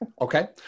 Okay